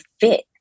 fit